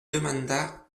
demanda